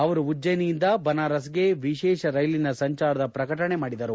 ಅವರು ಉಜ್ಜಯಿನಿಯಿಂದ ಬನಾರಸ್ ಗೆ ವಿಶೇಷ ರೈಲಿನ ಸಂಚಾರದ ಪ್ರಕಟಣೆ ಮಾಡಿದರು